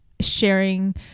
sharing